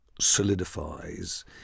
solidifies